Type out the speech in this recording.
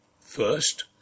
first